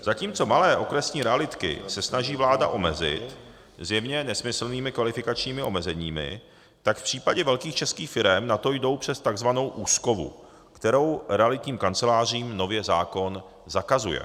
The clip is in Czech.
Zatímco malé okresní realitky se snaží vláda omezit zjevně nesmyslnými kvalifikačními omezeními, tak v případě velkých českých firem na to jdou přes takzvanou úschovu, kterou realitním kancelářím nově zákon zakazuje.